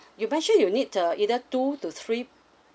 you mentioned you need uh either two to three